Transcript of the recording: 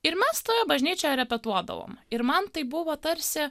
ir mes toje bažnyčioje repetuodavom ir man tai buvo tarsi